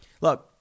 Look